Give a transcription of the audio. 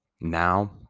now